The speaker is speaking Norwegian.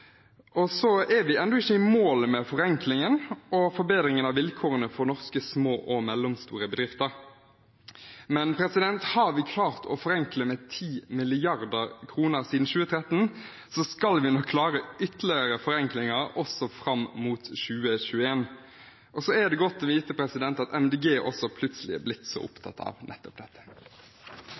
er ennå ikke i mål med forenklingen og forbedringen av vilkårene for norske små og mellomstore bedrifter, men har vi klart å forenkle med 10 mrd. kr siden 2013, skal vi nok klare noen ytterligere forenklinger fram mot 2021. Og så er det godt å vite at Miljøpartiet De Grønne også plutselig er blitt så opptatt av nettopp dette.